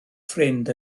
ffrind